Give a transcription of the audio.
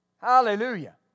Hallelujah